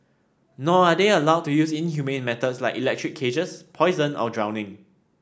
nor are they allowed to use inhumane methods like electric cages poison or drowning